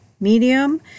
medium